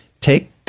take